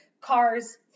cars